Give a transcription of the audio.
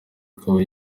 akaba